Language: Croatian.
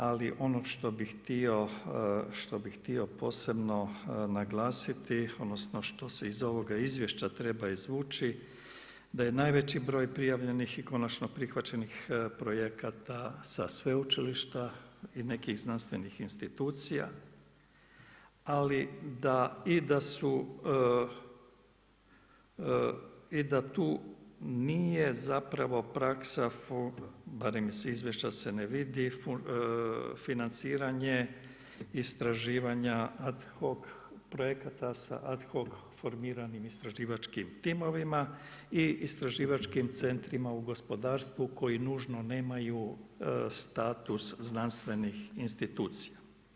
Ali ono što bih htio posebno naglasiti, odnosno što se iz ovoga izvješća treba izvući, da je najveći broj prijavljenih i konačno prihvaćenih projekata sa sveučilišta i nekih znanstvenih institucija i da tu nije zapravo praksa barem iz izvješća se ne vidi istraživanja ad hoc projekata sa ad hoc formiranim istraživačkim timovima i istraživačkim centrima u gospodarstvu koji nužno nemaju status znanstvenih institucija.